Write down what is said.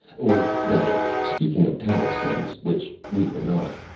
or better, speaking of talismans, which we were not.